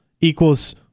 equals